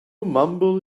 mumble